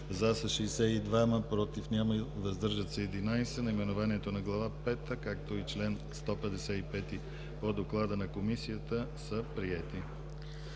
за 62, против няма, въздържали се 11. Наименованието на Глава пета, както и чл. 155 по доклада на Комисията са приети.